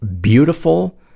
beautiful